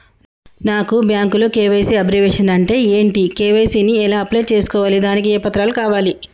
నాకు బ్యాంకులో KYC abbreviation అంటే ఏంటి కే.వై.సీ ని ఎలా అప్లై చేసుకోవాలి దానికి ఏ పత్రాలు కావాలి?